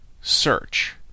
search